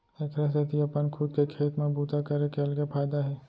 एखरे सेती अपन खुद के खेत म बूता करे के अलगे फायदा हे